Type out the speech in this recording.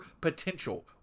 potential